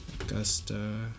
Augusta